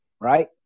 Right